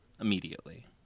immediately